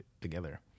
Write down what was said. together